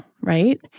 right